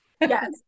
Yes